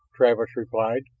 travis replied.